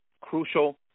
Crucial